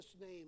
name